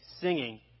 singing